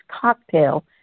cocktail